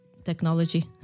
Technology